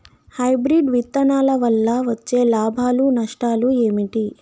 Hybrid విత్తనాల వల్ల వచ్చే లాభాలు నష్టాలు ఏమిటి?